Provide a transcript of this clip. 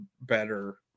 better